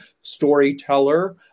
storyteller